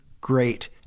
great